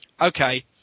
okay